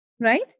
right